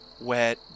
wet